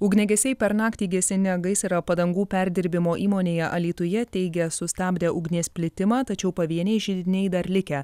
ugniagesiai per naktį gesinę gaisrą padangų perdirbimo įmonėje alytuje teigia sustabdę ugnies plitimą tačiau pavieniai židiniai dar likę